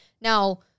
now